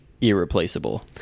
irreplaceable